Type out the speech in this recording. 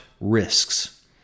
risks